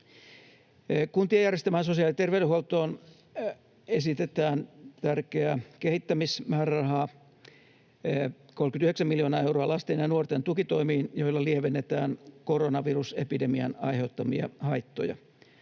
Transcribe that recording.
Kuntien järjestämään sosiaali- ja terveydenhuoltoon esitetään tärkeä kehittämismääräraha, 39 miljoonaa euroa, lasten ja nuorten tukitoimiin, joilla lievennetään koronavirusepidemian aiheuttamia haittoja.